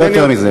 לא יותר מזה.